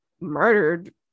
Murdered